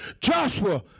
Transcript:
Joshua